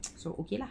so okay lah